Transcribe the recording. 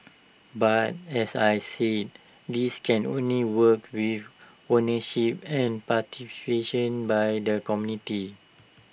but as I said this can only work with ownership and by their community